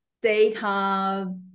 data